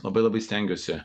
labai labai stengiuosi